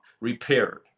repaired